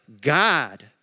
God